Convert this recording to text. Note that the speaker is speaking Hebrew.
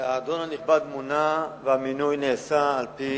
האדון הנכבד מונה, והמינוי נעשה על-פי